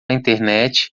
internet